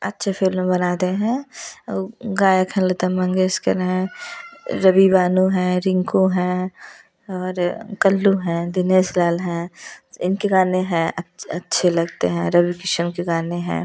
अच्छी फ़िल्म बनाते हैं और गायक हैं लता मंगेसकर हैं रवि बानों हैं रिंकू हैं और कल्लू हैं दिनेश लाल हैं इनके गाने हैं अच्छे लगते हैं रवि किशन के गाने हैं